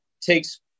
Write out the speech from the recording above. takes